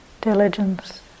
diligence